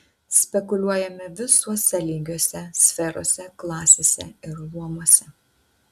spekuliuojame visuose lygiuose sferose klasėse ir luomuose